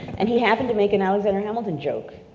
and he happened to make an alexander hamilton joke